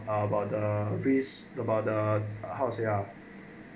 about the risk about the how to say ah